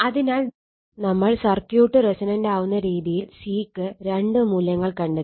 അതിനാൽ നമ്മൾ circuit resonant ആവുന്ന രീതിയിൽ C ക്ക് 2 മൂല്യങ്ങൾ കണ്ടെത്തി